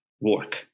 work